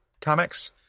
comics